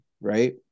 Right